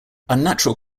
unnatural